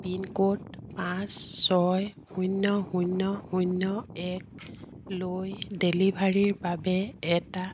pincode পাঁচ ছয় শূন্য শূন্য শূ্ন্য একলৈ ডেলিভাৰীৰ বাবে এটা